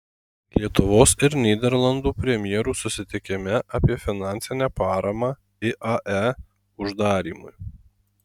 lietuvos ir nyderlandų premjerų susitikime apie finansinę paramą iae uždarymui